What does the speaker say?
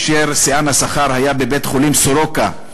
שיאן השכר היה בבית-החולים סורוקה,